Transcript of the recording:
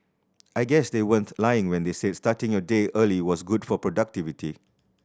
I guess they weren't lying when they said starting your day early was good for productivity